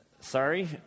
Sorry